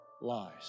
lies